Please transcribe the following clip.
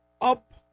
up